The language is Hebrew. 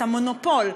את המונופול,